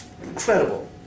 Incredible